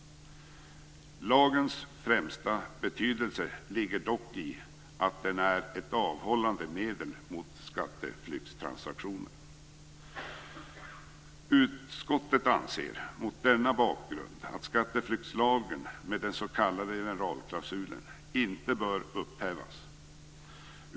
Lagens främsta betydelse ligger i att den är ett avhållande medel mot skatteflyktstransaktioner. Mot denna bakgrund anser utskottet att skatteflyktslagen med den s.k. generalklausulen inte bör upphävas.